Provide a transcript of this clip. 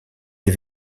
des